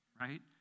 right